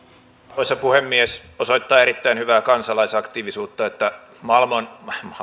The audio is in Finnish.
arvoisa puhemies osoittaa erittäin hyvää kansalaisaktiivisuutta että